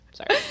Sorry